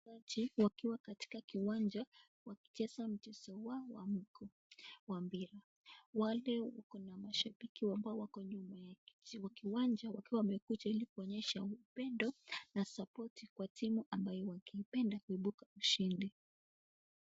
Watu wakiwa kiwanja wakicheza mchezo wa mguu, wa mpira, wale wako na mashabiki ambao wako nyuma yao, kwa kiwanja wakiwa wamekuja ili kuonyesha upendo na sapoti kwa timu ambayo wangeipenda kuibuka washindi.